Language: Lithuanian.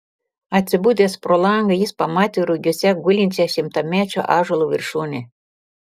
atsibudęs pro langą jis pamatė rugiuose gulinčią šimtamečio ąžuolo viršūnę